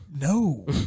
No